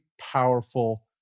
powerful